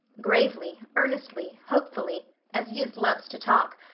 gravely, earnestly, hopefully, as youth loves to talk,